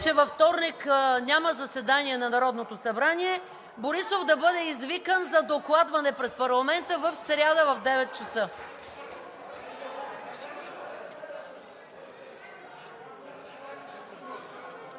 че във вторник няма заседание на Народното събрание, Борисов да бъде извикан за докладване пред парламента в сряда, в 9,00 ч.